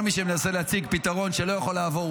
כל מי שמנסה להציג פתרון שלא יכול לעבור,